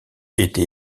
été